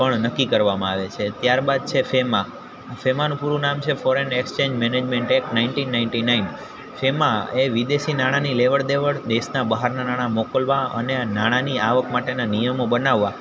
પણ નક્કી કરવામાં આવે છે ત્યાર બાદ છે ફેમાં ફેમાંનું પૂરું નામ છે foreign exchange management act nineteen nineteen nine જેમાં એ વિદેશી નાણાંની લેવડ દેવડ દેશના બહારના નાણાં મોકલવા અને નાણાંની આવક માટેના નિયમો બનાવવા